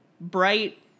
bright